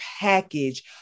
package